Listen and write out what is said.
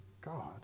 God